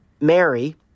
Mary